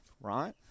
right